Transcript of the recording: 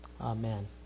Amen